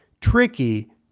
tricky